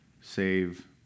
save